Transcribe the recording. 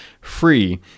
free